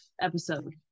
episode